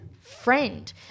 friend